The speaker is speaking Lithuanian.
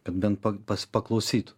kad bent pats paklausytų